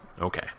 Okay